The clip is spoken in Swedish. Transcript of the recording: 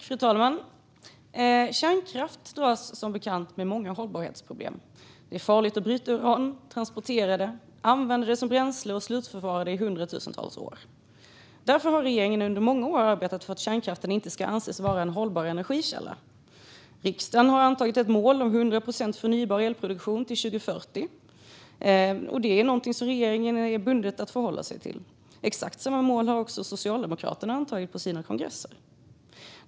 Fru talman! Kärnkraft dras som bekant med många hållbarhetsproblem. Det är farligt att bryta uran, att transportera det, att använda det som bränsle och att slutförvara det i hundratusentals år. Därför har regeringen under många år arbetat för att kärnkraften inte ska anses vara en hållbar energikälla. Riksdagen har antagit ett mål om en 100 procent förnybar elproduktion till 2040, och det är något som regeringen är bunden att förhålla sig till. Exakt samma mål har Socialdemokraterna antagit på sina kongresser.